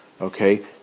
Okay